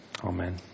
Amen